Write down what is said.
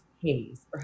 haze